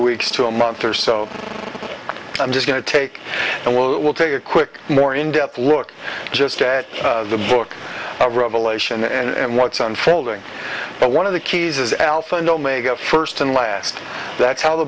weeks to a month or so i'm just going to take and it will take a quick more in depth look just at the book of revelation and what's unfolding and one of the keys is alpha and omega first and last that's how the